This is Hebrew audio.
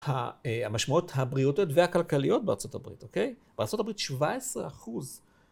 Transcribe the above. המשמעויות הבריאותיות והכלכליות בארה״ב אוקיי. בארה״ב שבע עשרה אחוז